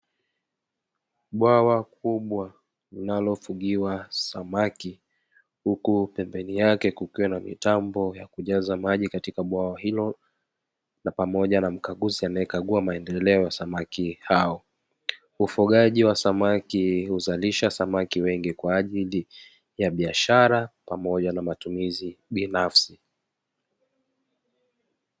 Bwawa kubwa linalofugiwa samaki, huku pembeni yake kukiwa na mitambo ya kujaza maji katika eneo hilo, pamoja na mkaguzi anayekagua maendeleo ya samaki hao, ufugaji wa samaki huzalisha samaki wengi kwa ajili ya biashara pamoja na matumizi binafsi.